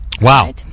Wow